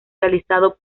realizado